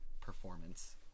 performance